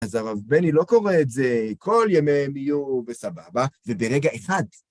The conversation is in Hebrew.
אז הרב בני לא קורא את זה כל ימיהם יהיו בסבבה, וברגע אחד.